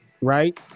right